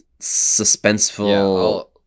suspenseful